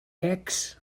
ecs